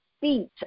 feet